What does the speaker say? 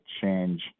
change